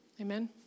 Amen